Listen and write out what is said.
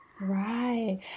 Right